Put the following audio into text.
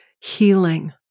healing